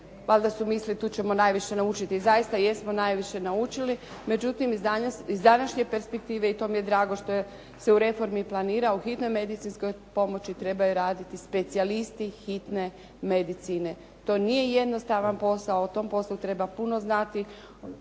Valjda su mislili tu ćemo najviše naučiti. I zaista jesmo najviše naučili. Međutim, iz današnje perspektive i to mi je drago što se u reformi planira u hitnoj medicinskoj pomoći trebaju raditi specijalisti hitne medicine. To nije jednostavan posao. O tom poslu treba puno znati